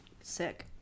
Sick